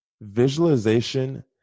visualization